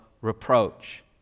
reproach